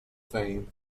fame